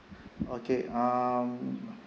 okay um